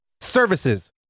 services